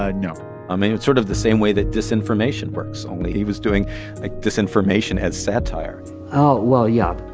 ah no i mean, it's sort of the same way that disinformation works. only he was doing like disinformation as satire oh, well, yeah,